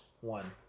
one